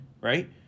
right